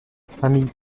famille